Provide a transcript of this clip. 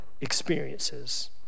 experiences